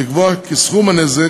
לקבוע כי סכום הנזק,